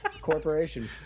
corporation